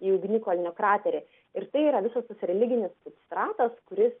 į ugnikalnio kraterį ir tai yra visas tas religinis substratas kuris